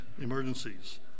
emergencies